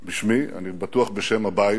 בשמי, אני בטוח שבשם הבית,